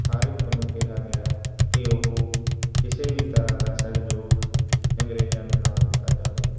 ਹਰ ਇੱਕ ਨੂੰ ਕਿਹਾ ਗਿਆ ਕਿ ਉਹ ਕਿਸੇ ਵੀ ਤਰ੍ਹਾਂ ਦਾ ਸਹਿਯੋਗ ਅੰਗਰੇਜ਼ਾਂ ਨੂੰ ਨਾ ਦਿੱਤਾ ਜਾਵੇ